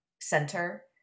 center